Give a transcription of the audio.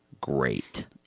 great